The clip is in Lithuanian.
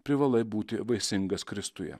privalai būti vaisingas kristuje